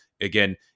again